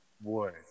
boy